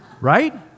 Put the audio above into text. Right